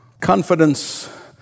confidence